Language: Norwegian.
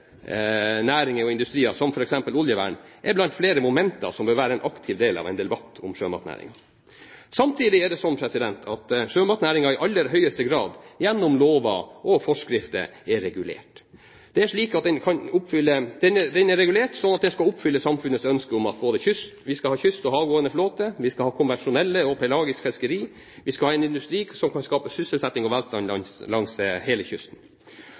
og industrier, som f.eks. oljevern, er blant flere momenter som bør være en aktiv del av en debatt om sjømatnæringen. Samtidig er det sånn at sjømatnæringen i aller høyeste grad er regulert gjennom lovverk og forskrifter. Den er regulert slik at den skal oppfylle samfunnets ønske om at vi skal ha både kystflåte og havgående flåte, vi skal ha konvensjonelt og pelagisk fiskeri, og vi skal ha en industri som kan skape sysselsetting og velstand langs hele kysten.